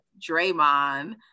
Draymond